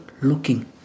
looking